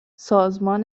سازمان